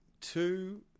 two